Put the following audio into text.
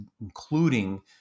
including